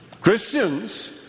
Christians